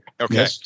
Okay